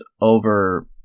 over